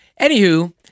Anywho